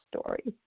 story